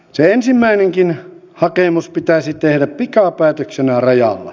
se ensimmäinenkin hakemus pitäisi tehdä pikapäätöksenä rajalla